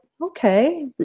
okay